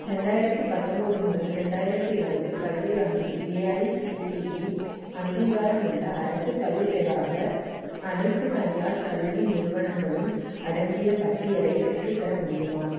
ரெண்டாயிரத்தி பத்தொம்பது முதல் ரெண்டாயிரத்தி இருபது கல்வியாண்டில் ஏஐசிடிஇ அங்கீகாரமுள்ள அரசுதவி பெறாத அனைத்து தனியார் கல்வி நிறுவனங்களும் அடங்கிய பட்டியலை பெற்றுத்தர முடியுமா